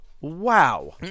Wow